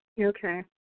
Okay